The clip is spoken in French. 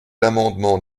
l’amendement